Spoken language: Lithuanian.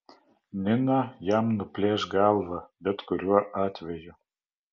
nina jam nuplėš galvą bet kuriuo atveju